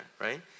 right